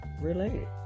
related